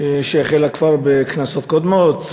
שהחלה כבר בכנסות קודמות